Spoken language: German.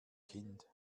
kind